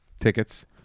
tickets